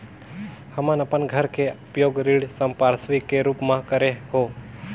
हमन अपन घर के उपयोग ऋण संपार्श्विक के रूप म करे हों